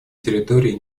территории